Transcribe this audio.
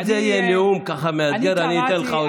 אם זה יהיה נאום מאתגר, אני אתן לך עוד קצת.